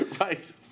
Right